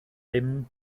bum